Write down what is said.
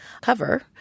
cover